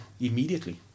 immediately